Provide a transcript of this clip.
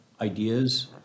ideas